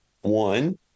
one